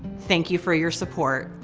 thank you for your support.